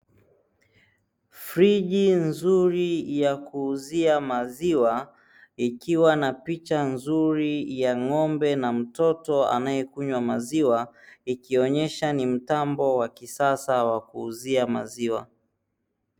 Friji nzuri ya kuuzia maziwa, ikiwa na picha nzuri ya ng'ombe na mtoto anayekunywa maziwa, ikionesha ni mitambo wa kisasa wa kuuzia maziwa.